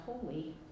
Holy